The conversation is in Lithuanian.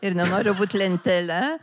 ir nenoriu būt lentele